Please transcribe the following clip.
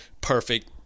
perfect